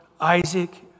Isaac